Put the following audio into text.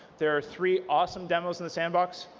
there are three awesome demos in the sandbox.